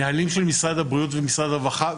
נהלים של משרד הבריאות ומשרד הרווחה,